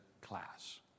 class